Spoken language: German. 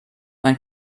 man